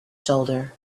shoulder